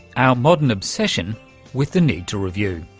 our modern obsession with the need to review.